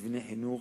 מבני חינוך,